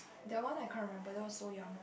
that one I can't remember that was so young